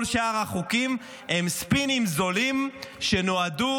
כל שאר החוקים הם ספינים זולים שנועדו